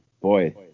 Boy